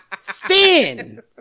Thin